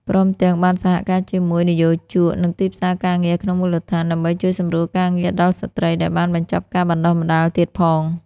ព្រមទាំង បានសហការជាមួយនិយោជក និងទីផ្សារការងារក្នុងមូលដ្ឋាន ដើម្បីជួយសម្រួលការងារដល់ស្ត្រីដែលបានបញ្ចប់ការបណ្តុះបណ្តាលទៀតផង។